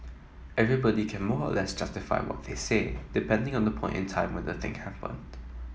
everybody can more or less justify what they say depending on the point in time when the thing happened